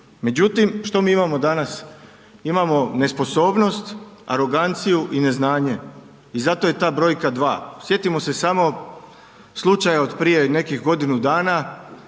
Međutim, što mi imamo danas. Imamo nesposobnost, aroganciju i neznanje i zato je ta brojka 2. Sjetimo se samo slučaja od prije nekih godinu dana